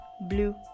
blue